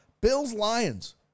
Bills-Lions